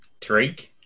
Tariq